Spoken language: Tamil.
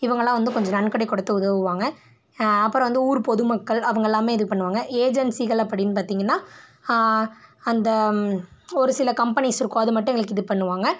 இவங்கள்லாம் வந்து கொஞ்சம் நன்கொடை கொடுத்து உதவுவாங்க அப்பறம் வந்து ஊர் பொதுமக்கள் அவங்கெல்லாமே இது பண்ணுவாங்க ஏஜென்ஸிகள் அப்படின்னு பார்த்திங்கனா அந்த ஒரு சில கம்பெனிஸ் இருக்கும் அது மட்டும் எங்களுக்கு இது பண்ணுவாங்க